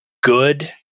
good